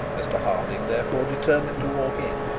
mr harding therefore determined to walk in,